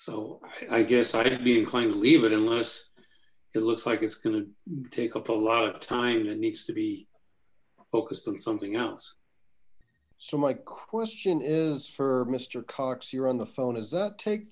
so i guess i'd be inclined to leave it unless it looks like it's gonna take up a lot of time that needs to be focused on something else so my question is for mister cox you're on the phone as that take